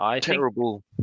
terrible